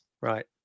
Right